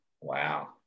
Wow